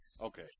Okay